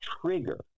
trigger